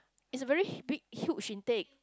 it's a very h~ big huge intake